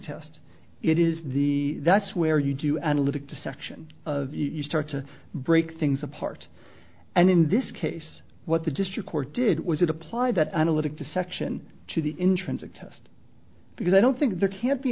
test it is the that's where you do analytic the section of you start to break things apart and in this case what the district court did was it applied that analytic to section two the intrinsic test because i don't think there can't be